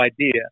idea